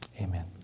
amen